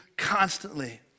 Constantly